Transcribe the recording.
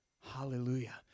Hallelujah